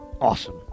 awesome